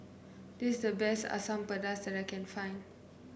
this is the best Asam Pedas that I can find